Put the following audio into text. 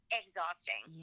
exhausting